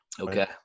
Okay